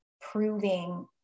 proving